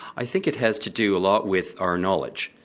i think it has to do a lot with our knowledge.